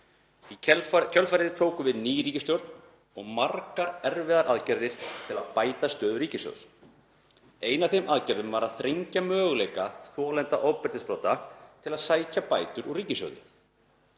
Í kjölfarið tók við ný ríkisstjórn og margar erfiðar aðgerðir til að bæta stöðu ríkissjóðs. Ein af þeim aðgerðum var að þrengja möguleika þolenda ofbeldisbrota til að sækja bætur úr ríkissjóði.